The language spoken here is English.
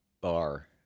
bar